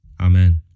Amen